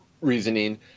reasoning